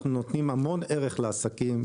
אנחנו נותנים המון ערך לעסקים.